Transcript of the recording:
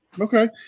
Okay